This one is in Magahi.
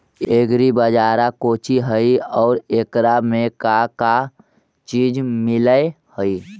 एग्री बाजार कोची हई और एकरा में का का चीज मिलै हई?